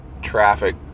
traffic